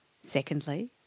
Secondly